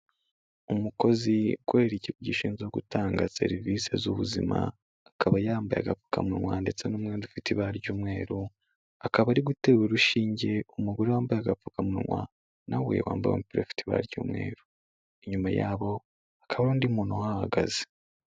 Umukozi ukorera ikigo gishinzwe gutanga serivisi z'ubuzima, akaba yambaye agapfukamunwa ndetse n'unda ufite ibara ry'umweru, akaba ari gutera urushinge umugore wambaye agapfukamunwa nawe we wambaye umupira ufite ibara ry'umwe. Inyuma yabo hakaba hari undi muntu wahagaze.